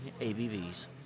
ABVs